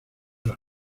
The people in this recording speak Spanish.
las